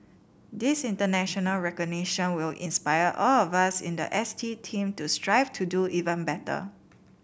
this international recognition will inspire all of us in the S T team to strive to do even better